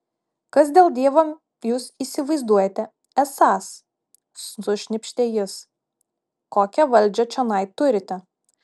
kas dėl dievo jūs įsivaizduojate esąs sušnypštė jis kokią valdžią čionai turite